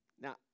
Now